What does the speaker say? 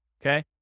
Okay